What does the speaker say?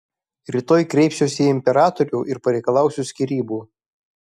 rytoj kreipsiuosi į imperatorių ir pareikalausiu skyrybų